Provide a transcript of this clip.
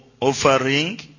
offering